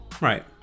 Right